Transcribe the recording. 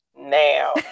now